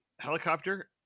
helicopter